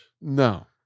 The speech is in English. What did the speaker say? no